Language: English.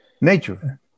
nature